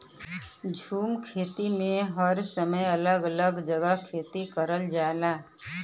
झूम खेती में हर समय अलग अलग जगह खेती करल जाला